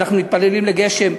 ואנחנו מתפללים לגשם.